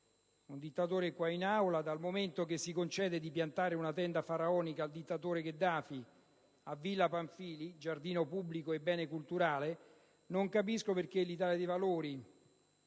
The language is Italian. un dittatore in Aula, e dal momento che si concede di far piantare una tenda faraonica al dittatore Gheddafi a Villa Pamphili, giardino pubblico e bene culturale, non capisco perché il Gruppo dell'Italia dei Valori